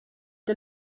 der